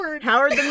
Howard